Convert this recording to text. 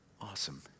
Awesome